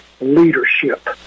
leadership